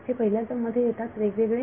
हे पहिल्या टर्म मध्ये येतात वेगवेगळे